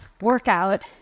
workout